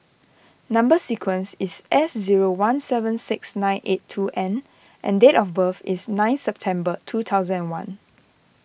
Number Sequence is S zero one seven six nine eight two N and date of birth is nine September two thousand and one